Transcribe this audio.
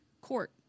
Court